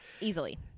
Easily